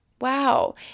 Wow